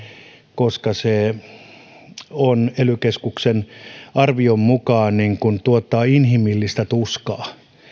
koska se ely keskuksen arvion mukaan tuottaa inhimillistä tuskaa